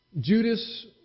Judas